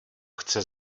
chce